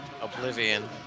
Oblivion